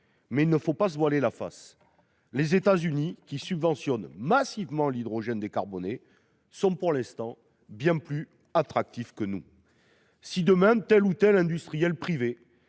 mais il ne faut pas se voiler la face : les États-Unis, qui subventionnent massivement l'hydrogène décarboné, sont pour l'instant bien plus attractifs que nous. Si, demain, tel ou tel industriel privé